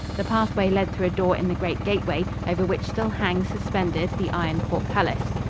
the pathway led through a door in the great gateway, over which still hangs suspended the iron port-cullis.